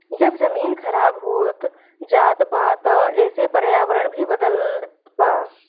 जब जमीन खराब होत जात बा त एसे पर्यावरण भी बदलत बा